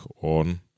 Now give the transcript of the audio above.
on